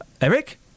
Eric